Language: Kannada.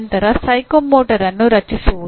ನಂತರ ಮನೋಪ್ರೇರಣಾವನ್ನು ರಚಿಸುವುದು